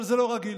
אבל זה לא רגיל.